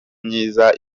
myiza